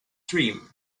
dream